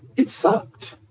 it sucked.